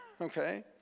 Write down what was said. okay